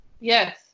Yes